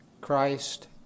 Christ